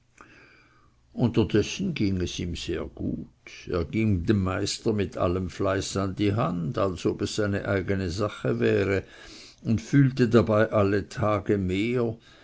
unterdessen ging es ihm sehr gut er ging dem meister mit allem fleiß an die hand als ob es seine eigene sache wäre und fühlte dabei alle tage mehr